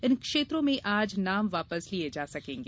इन क्षेत्रों में आज नाम वापिस लिये जा सकेंगे